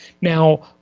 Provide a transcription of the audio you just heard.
Now